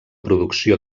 producció